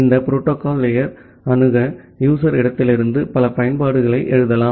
இந்த protocol layer அணுக user இடத்திலிருந்து பல பயன்பாடுகளை எழுதலாம்